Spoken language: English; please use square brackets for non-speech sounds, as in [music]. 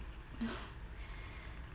[breath]